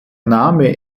name